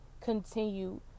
continue